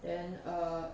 then err